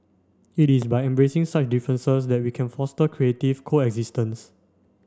it is by embracing such differences that we can foster creative coexistence